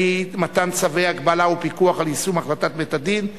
מתן צווי הגבלה ופיקוח על יישום החלטת בית-הדין),